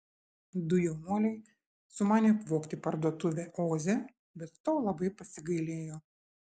du jaunuoliai sumanė apvogti parduotuvę oze bet to labai pasigailėjo